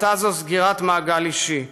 הייתה זו סגירת מעגל אישי.